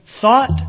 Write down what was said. thought